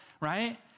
right